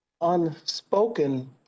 unspoken